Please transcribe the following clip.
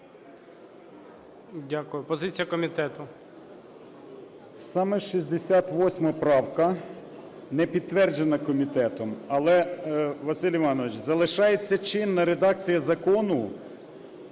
Дякую. Позиція комітету. 13:54:42 БОЖИК В.І. Саме 68 правка не підтверджена комітетом. Але, Василь Іванович, залишається чинна редакція закону,